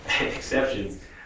exceptions